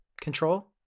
Control